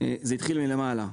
זה התחיל מלמעלה,